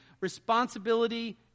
responsibility